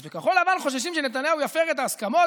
אז בכחול לבן חוששים שנתניהו יפר את ההסכמות